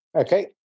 Okay